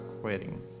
quitting